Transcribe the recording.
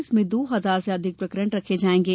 इसमें दो हजार से अधिक प्रकरण रखे जायेंगे